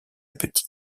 petit